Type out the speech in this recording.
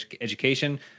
education